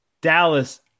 dallas